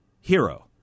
Hero